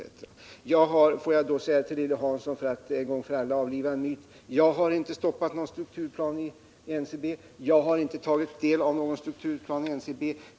Får jag för att en gång för alla avliva en myt säga till Lilly Hansson att jag inte har stoppat någon strukturplan i NCB och att jag inte har tagit del av någon strukturplan för NCB.